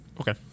Okay